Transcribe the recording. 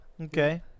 Okay